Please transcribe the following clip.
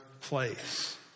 place